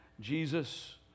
Jesus